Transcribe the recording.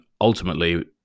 ultimately